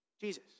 Jesus